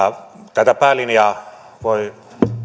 tätä päälinjaa voi